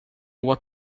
what